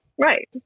right